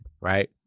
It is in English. right